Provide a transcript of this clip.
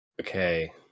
Okay